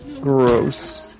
Gross